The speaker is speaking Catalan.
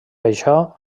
això